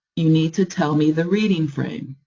you need to tell me the reading frame.